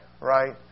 Right